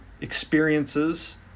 experiences